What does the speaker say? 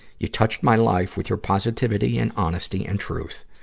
you touched my life with your positivity and honesty and truth.